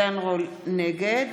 נגד